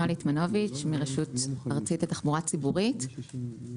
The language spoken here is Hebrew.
רשות ארצית לתחבורה ציבורית.